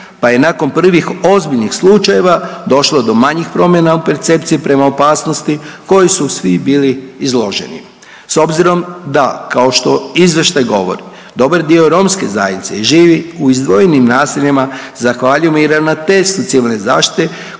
pa je nakon prvih ozbiljnih slučajeva došlo do manjih promjena u percepciji prema opasnosti koji su svi bili izloženi. S obzirom da, kao što izvještaj govori, dobar dio romske zajednice živi u izdvojenim naseljima, zahvaljujem i Ravnateljstvu civilne zaštite